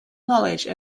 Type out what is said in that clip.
knowledge